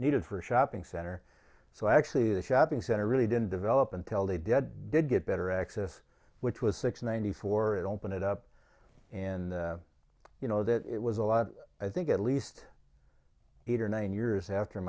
needed for a shopping center so actually the shopping center really didn't develop until the dead did get better access which was six ninety four it opened it up and you know that it was a lot i think at least eight or nine years after